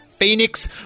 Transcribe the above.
Phoenix